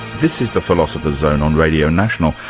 this is the philosopher's zone on radio national,